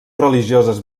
religioses